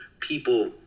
people